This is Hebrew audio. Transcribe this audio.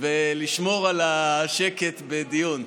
ולשמור על השקט בדיון.